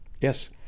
yes